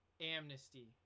amnesty